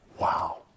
Wow